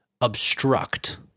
obstruct